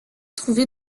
trouvé